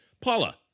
Paula